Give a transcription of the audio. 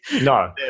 No